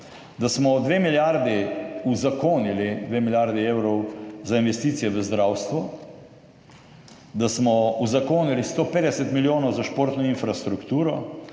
2 milijardi evrov za investicije v zdravstvo, da smo uzakonili 150 milijonov za športno infrastrukturo,